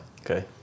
Okay